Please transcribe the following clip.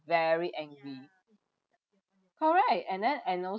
very angry correct and then and also